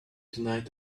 tonight